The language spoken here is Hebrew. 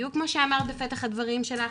בדיוק כמו שאמרת בפתח הדברים שלך,